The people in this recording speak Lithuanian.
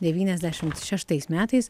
devyniasdešim šeštais metais